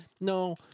No